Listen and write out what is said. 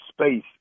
space